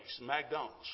McDonald's